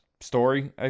story